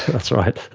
that's right.